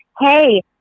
hey